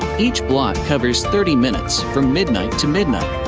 each block covers thirty minutes, from midnight to midnight.